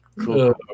cool